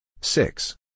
Six